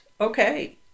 Okay